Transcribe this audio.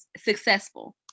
successful